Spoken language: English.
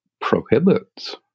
prohibits